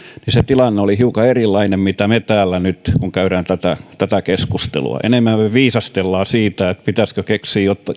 se tilanne oli hiukan erilainen kuin meillä täällä nyt kun käydään tätä tätä keskustelua enemmän me viisastelemme siitä pitäisikö keksiä